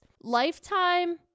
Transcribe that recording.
Lifetime